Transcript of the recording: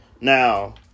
Now